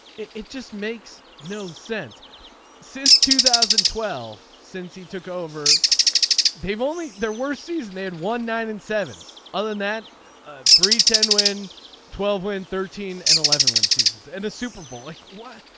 it just makes no sense since two thousand and twelve since he took over they've only their worst season they had won nine and seven other that ah three ten win twelve in thirteen and eleven win seasons and a super bowl like what.